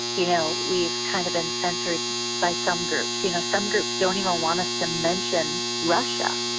you know we've kind of been censored by some groups. you know, some groups don't even want us to mention russia.